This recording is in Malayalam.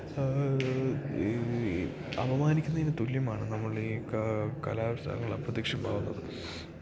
അപമാനിക്കുന്നതിനു തുല്യമാണ് നമ്മളുടെ ഈ കലാവിഷ്കാരങ്ങൾ അപ്രത്യക്ഷമാവുന്നത്